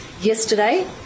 Yesterday